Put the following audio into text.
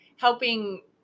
helping